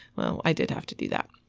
well, i did have to do that.